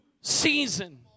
season